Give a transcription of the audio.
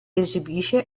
esibisce